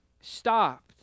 stopped